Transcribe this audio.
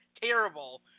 terrible